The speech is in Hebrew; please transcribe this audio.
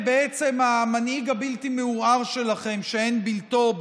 ובעצם המנהיג הבלתי-מעורער שלכם שאין בלתו,